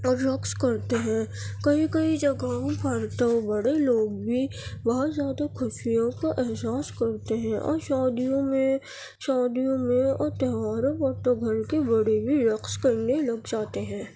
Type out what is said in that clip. اور رقص کرتے ہیں کئی کئی جگہوں پر تو بڑے لوگ بھی بہت زیادہ خوشیوں کا احساس کرتے ہیں اور شادیوں میں شادیوں میں اور تہواروں پر تو گھر کے بڑے بھی رقص کرنے لگ جاتے ہیں